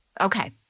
Okay